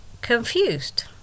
confused